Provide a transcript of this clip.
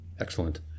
Excellent